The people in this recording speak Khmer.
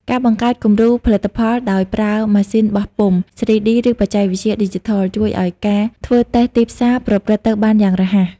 ការបង្កើតគំរូផលិតផល ដោយប្រើម៉ាស៊ីនបោះពុម្ព 3D ឬបច្ចេកវិទ្យាឌីជីថល ជួយឱ្យការធ្វើតេស្តទីផ្សារប្រព្រឹត្តទៅបានយ៉ាងរហ័ស។